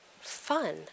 fun